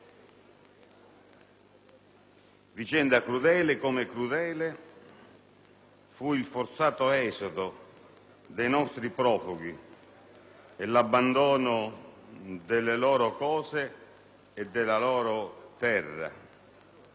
vicenda crudele come lo fu il forzato esodo dei nostri profughi e l'abbandono delle loro cose e della loro terra.